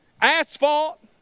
asphalt